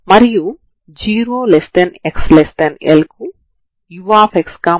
కాబట్టి తరంగ సమీకరణం 4c2uhξη అవుతుంది సరేనా